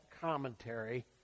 commentary